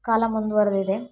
ಕಾಲ ಮುಂದುವರ್ದಿದೆ